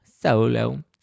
solo